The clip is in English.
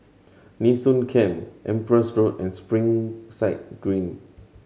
Nee Soon Camp Empress Road and Springside Green